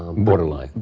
borderline?